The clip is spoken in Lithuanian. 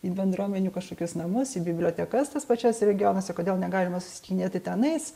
į bendruomenių kažkokius namus į bibliotekas tas pačias regionuose kodėl negalima susitikinėti tenais